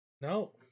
No